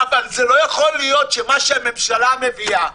אבל זה לא יכול להיות שמה שהממשלה מביאה,